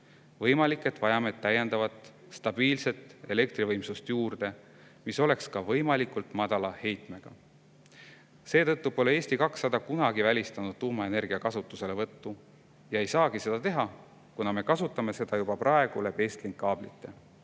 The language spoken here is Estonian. Võimalik, et vajame täiendavat stabiilset elektrivõimsust, mis oleks ka võimalikult madala heitmega. Seetõttu pole Eesti 200 kunagi välistanud tuumaenergia kasutuselevõttu. Seda ei saagi teha, kuna me kasutame seda juba praegu läbi Estlinki kaablite.